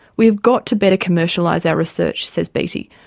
we have got to better commercialise our research says beattie,